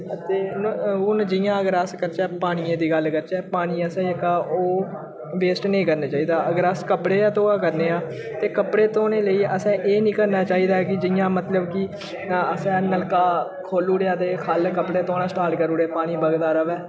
ते हून जि'यां अगर अस करचै पनियै दी गल्ल करचै पानी असें जेह्का ओह् वेस्ट नेईं करने चाहिदा अगर अस कपड़े गै धोआ करने आं ते कपड़े धोने लेई असें एह् नेईं करना चाहिदा कि जि'यां मतलब कि ना असें नलका खोली ओड़ेआ ते खल्ल कपड़े धोना स्टार्ट करी ओड़े पानी बगदा र'वै